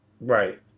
Right